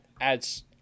adds